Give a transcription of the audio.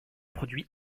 produit